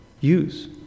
use